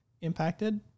impacted